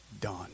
done